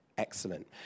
Excellent